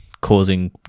causing